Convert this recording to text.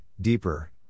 deeper